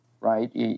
right